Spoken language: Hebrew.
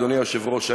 אדוני היושב-ראש,